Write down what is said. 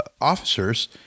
officers